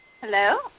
Hello